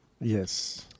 Yes